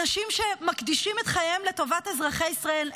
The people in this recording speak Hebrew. אנשים שמקדישים את חייהם לטובת אזרחי ישראל.